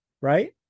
right